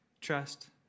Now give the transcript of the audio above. trust